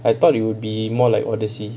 I thought it would be more like odyssey